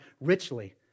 richly